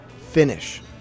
finish